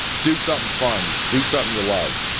do something fun, do something you love.